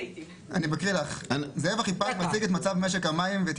אני מקריא לך: זאב אחיפז מציג את מצב משק המים ואת